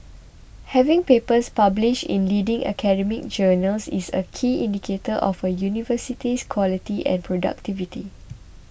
having papers published in leading academic journals is a key indicator of a university's quality and productivity